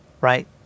right